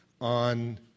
on